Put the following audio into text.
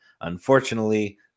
Unfortunately